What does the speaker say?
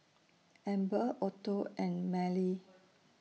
Amber Otto and Marely